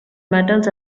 metals